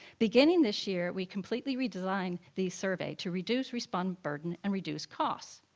beginning this year, we completely redesigned the survey to reduce respondent burden and reduce costs.